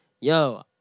Yo